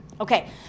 Okay